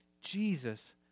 Jesus